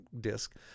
disc